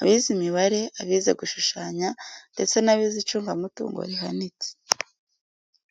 abize imibare, abize gushushanya, ndetse n'abize icunga mutungo rihanitse.